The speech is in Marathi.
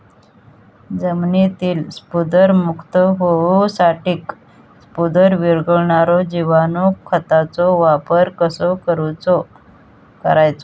जमिनीतील स्फुदरमुक्त होऊसाठीक स्फुदर वीरघळनारो जिवाणू खताचो वापर कसो करायचो?